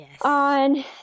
on